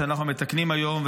שאנחנו מתקנים היום,